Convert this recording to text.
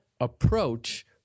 approach